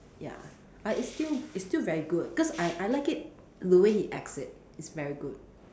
ya but it's still it's still very good cause I I like it the way he acts it it's very good